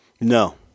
No